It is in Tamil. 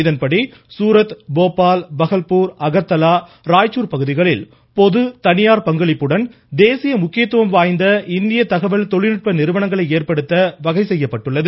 இதன்படி சூரத் போபால் பஹல்பூர் அகர்தாலா ராய்ச்சூர் பகுதிகளில் பொது தனியார் பங்களிப்புடன் தேசிய முக்கியத்துவம் வாய்ந்த இந்திய தகவல் தொழில்நுட்ப நிறுவனங்கள் ஏற்படுத்த வகை செய்யப்பட்டுள்ளது